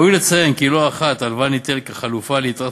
ראוי לציין כי לא אחת הלוואה ניטלת כחלופה ליתרת